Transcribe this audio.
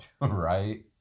Right